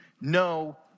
no